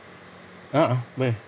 a'ah boleh